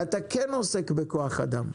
אתה כן עוסק בכוח אדם,